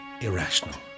irrational